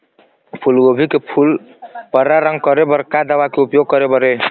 फूलगोभी के फूल पर्रा रंग करे बर का दवा के उपयोग करे बर ये?